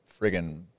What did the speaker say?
friggin